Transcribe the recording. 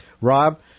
Rob